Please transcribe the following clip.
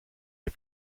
les